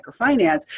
microfinance